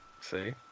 See